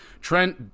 Trent